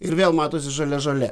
ir vėl matosi žalia žolė